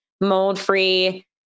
mold-free